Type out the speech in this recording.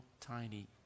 tiny